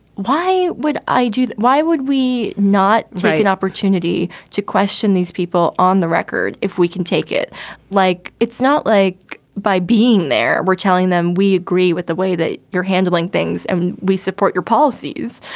why would i do that? why would we not like an opportunity to question these people on the record if we can take it like. it's not like by being there, we're telling them we agree with the way that you're handling things and we support your policies.